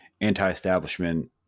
anti-establishment